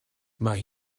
mae